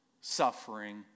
suffering